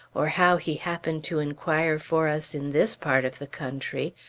or how he happened to inquire for us in this part of the country,